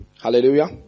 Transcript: Hallelujah